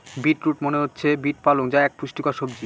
beet root মনে হচ্ছে beet পালং যা এক পুষ্টিকর সবজি